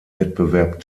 wettbewerb